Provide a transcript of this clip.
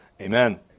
Amen